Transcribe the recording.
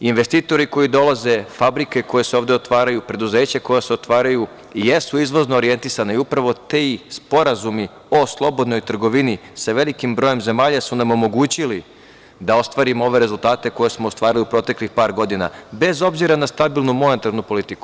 Investitori koji dolaze, fabrike koje se ovde otvaraju, preduzeća koja se otvaraju jesu izvozno orijentisana i upravo ti sporazumi o slobodnoj trgovini sa velikim brojem zemalja su nam omogućili da ostvarimo ove rezultate koje smo ostvarili u proteklih par godina bez obzira na stabilnu monetarnu politiku.